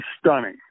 stunning